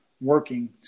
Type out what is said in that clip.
working